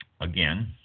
Again